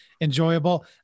enjoyable